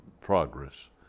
progress